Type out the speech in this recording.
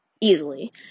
easily